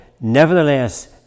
nevertheless